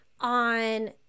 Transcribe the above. on